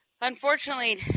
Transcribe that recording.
unfortunately